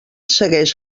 segueix